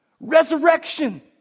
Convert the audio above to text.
Resurrection